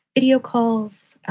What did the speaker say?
video calls